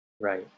Right